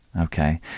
Okay